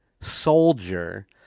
soldier